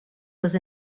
les